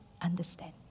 understand